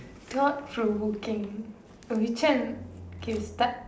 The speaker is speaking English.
thought provoking which one okay start